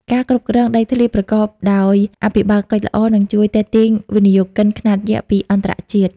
ការគ្រប់គ្រងដីធ្លីប្រកបដោយអភិបាលកិច្ចល្អ នឹងជួយទាក់ទាញវិនិយោគិនខ្នាតយក្សពីអន្តរជាតិ។